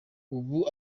ubu